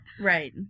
Right